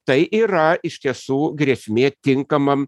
tai yra iš tiesų grėsmė tinkamam